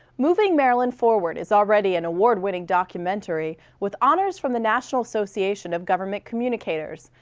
moving maryland forward is already an award-winning documentary with honors from the national association of government communicators,